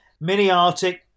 mini-Arctic